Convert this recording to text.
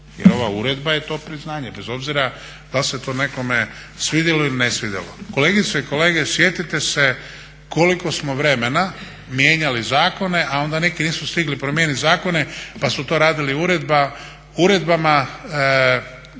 ova uredba je to priznanje bez obzira da li se to nekome svidjelo ili ne svidjelo. Kolegice i kolege sjetite se koliko smo vremena mijenjali zakone, a onda neki nisu stigli promijeniti zakone pa su to radili uredbama